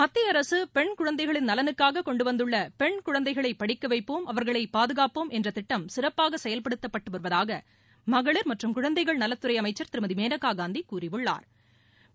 மத்திய அரசு பெண் குழந்தைகளின் நலனுக்காக கொண்டு வந்துள்ள பெண் குழந்தைகளை படிக்க வைப்போம் அவர்களை பாதுகாப்போம் என்ற திட்டம் சிறப்பாக செயல்படுத்தப்பட்டு வருவதாக மகளிர் மற்றும் குழந்தைகள் நலத்துறை அமைச்சா் திருமதி மேனகாகாந்தி கூறியுள்ளாா்